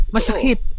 Masakit